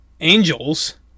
Angels